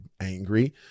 angry